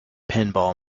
pinball